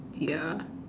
ya